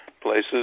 places